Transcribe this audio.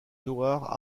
noir